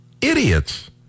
idiots